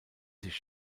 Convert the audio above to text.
sich